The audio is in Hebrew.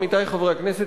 עמיתי חברי הכנסת,